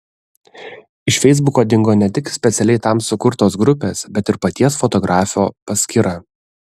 iš feisbuko dingo ne tik specialiai tam sukurtos grupės bet ir paties fotografo paskyra